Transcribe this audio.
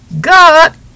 God